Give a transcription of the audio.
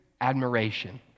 admiration